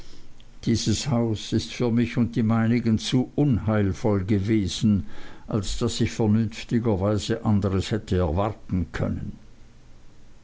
dieses haus ist für mich und die meinigen zu unheilvoll gewesen als daß ich vernünftigerweise anderes hätte erwarten können